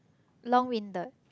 long winded